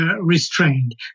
Restrained